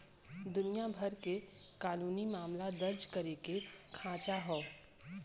दुनिया भर के कानूनी मामला दर्ज करे के खांचा हौ